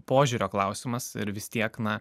požiūrio klausimas ir vis tiek na